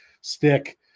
stick